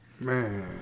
Man